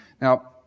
Now